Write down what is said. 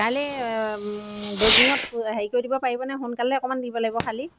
কাইলৈ দৈগুঙত হেৰি কৰি দিব পাৰিবনে সোনকালে অকণমান দিব লাগিব খালী